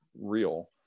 real